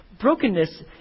Brokenness